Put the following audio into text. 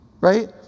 Right